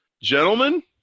gentlemen